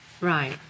Right